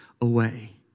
away